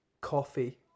coffee